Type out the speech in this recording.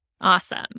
Awesome